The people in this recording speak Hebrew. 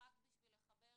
רק בשביל לחבר